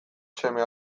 seme